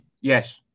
Yes